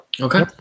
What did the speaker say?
Okay